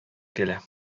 килә